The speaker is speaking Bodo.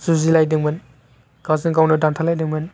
जुजिलायदोंमोन गावजों गावनो दानथारलायदोंमोन